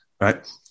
right